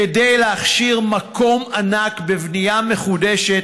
כדי להכשיר מקום ענק בבנייה מחודשת,